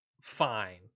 Fine